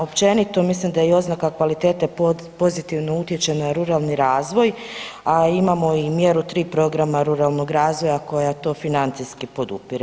Općenito mislim da je i oznaka kvalitete pozitivno utječe na ruralni razvoj, a imamo i mjeru 3 programa ruralnog razvoja koja to financijski podupire.